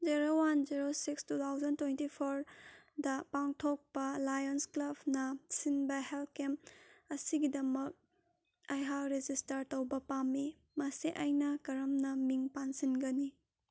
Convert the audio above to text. zero one zero six two thousand twenty ꯐꯣꯔꯗ ꯄꯥꯡꯊꯣꯛꯄ ꯂꯥꯏꯌꯣꯟ ꯀ꯭ꯂꯕꯅ ꯁꯤꯟꯕ ꯍꯣꯜꯠ ꯀꯦꯞ ꯑꯁꯤꯒꯤꯗꯃꯛ ꯑꯩꯍꯥꯛ ꯔꯦꯖꯤꯁꯇꯔ ꯇꯧꯕ ꯄꯥꯝꯃꯤ ꯃꯁꯤ ꯑꯩꯅ ꯀꯔꯝꯅ ꯃꯤꯡ ꯄꯥꯟꯁꯤꯟꯒꯅꯤ